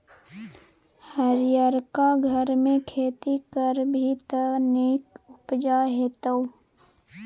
हरियरका घरमे खेती करभी त नीक उपजा हेतौ